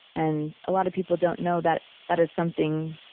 and a lot of people don't know that that is something,